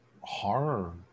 horror